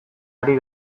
ari